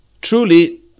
truly